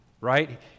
right